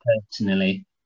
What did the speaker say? personally